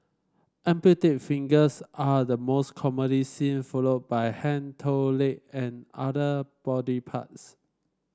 amputated fingers are the most commonly seen followed by hand toe leg and other body parts